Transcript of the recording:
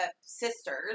sisters